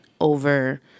over